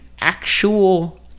actual